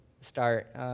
start